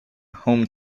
home